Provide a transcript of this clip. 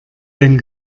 dein